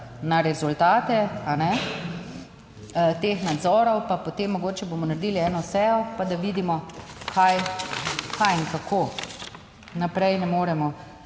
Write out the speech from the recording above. na rezultate, kajne, teh nadzorov pa potem mogoče bomo naredili eno sejo, pa da vidimo kaj, kaj in kako. Naprej ne moremo,